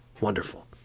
wonderful